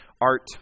art